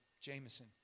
Jameson